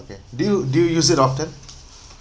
okay do you do you use it often